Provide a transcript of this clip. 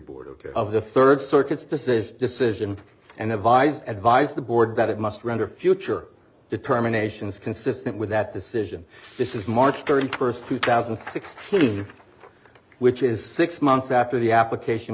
board of the third circuit's decision decision and advise advise the board that it must render future determinations consistent with that decision this is march thirty first two thousand and sixteen which is six months after the application